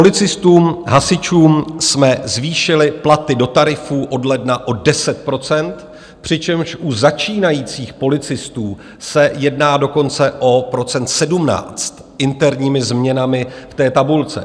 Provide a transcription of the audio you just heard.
Policistům, hasičům jsme zvýšili platy do tarifů od ledna o 10 %, přičemž u začínajících policistů se jedná dokonce o procent 17, interními změnami v té tabulce.